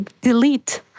delete